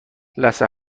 لثه